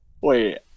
Wait